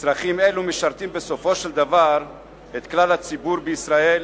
צרכים אלו משרתים בסופו של דבר את כלל הציבור בישראל,